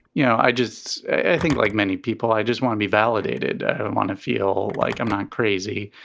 you know, i just i think like many people, i just want to be validated. i don't want to feel like i'm not crazy,